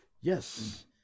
Yes